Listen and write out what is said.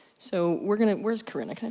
so, we're gonna. where's karina?